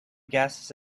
gases